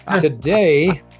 Today